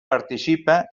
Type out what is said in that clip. participa